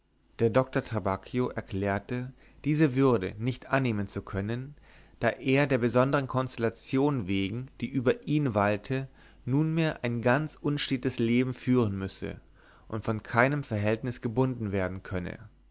der doktor trabacchio erklärte diese würde nicht annehmen zu können da er der besondern konstellation wegen die über ihn walte nunmehr ein ganz unstetes leben führen müsse und von keinem verhältnis gebunden werden könne